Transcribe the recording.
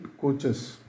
coaches